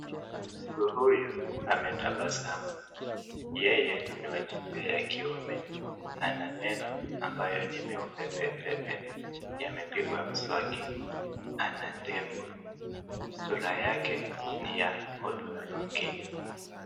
Mtu huyu ametabasamu. Yeye ni wa jinsia ya kiume. Ana meno, ambayo ni meupe pepepe. Yamepigwa mswaki. Ana ndevu. Sura yake ni ya hudhurungi.